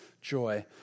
joy